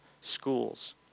schools